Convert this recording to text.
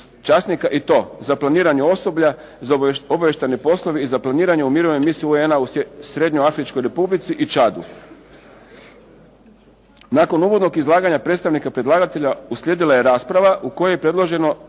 časnika i to: za planiranje osoblja, za obavještajne poslove i za planiranje u mirovnoj misiji UN-a u Srednjo-afričkoj Republici i Čadu. Nakon uvodnog izlaganja predstavnika predlagatelja uslijedila je rasprava u kojoj je predloženo